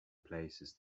places